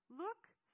Look